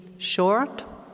short